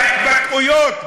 בהתבטאויות,